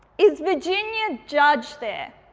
is virginia judge there?